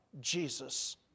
Jesus